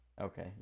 Okay